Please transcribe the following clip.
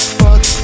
fuck